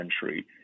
century